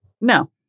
No